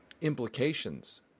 implications